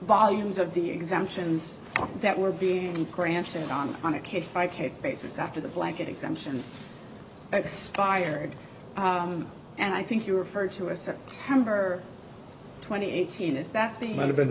volumes of the exemptions that were being granted on on a case by case basis after the blanket exemptions expired and i think you referred to a september twenty eighth team is that things might have been